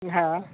हँ